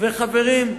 חברים,